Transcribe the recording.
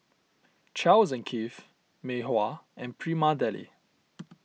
Charles and Keith Mei Hua and Prima Deli